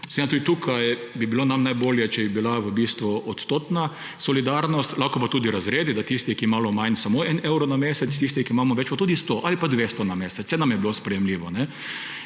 Seveda tudi tukaj bi bilo nam najbolje, če bi bila v bistvu odstotna solidarnost, lahko pa tudi razredi, da tisti, ki imajo malo manj, samo 1 evro na mesec, tisti, ki imamo več, pa tudi 100 ali 200 na mesec. Saj nam je bilo sprejemljivo.